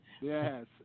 Yes